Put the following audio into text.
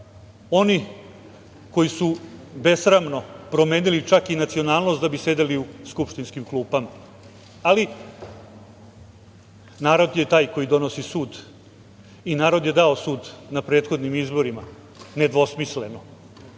oni koji su besramno promenili nacionalnost da bi sedeli u skupštinskim klupama, ali, narod je taj koji donosi sud i narod je dao sud na prethodnim izborima, nedvosmisleno